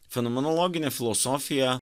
fenomenologinė filosofija